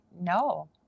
no